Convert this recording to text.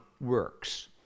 Works